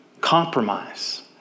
compromise